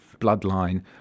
bloodline